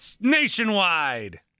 nationwide